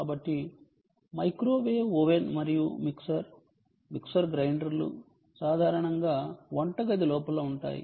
కాబట్టి microwave oven మరియు mixer mixer గ్రైండర్లు సాధారణంగా వంటగది లోపల ఉంటాయి